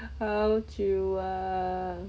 好久 ah